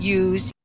use